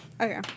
Okay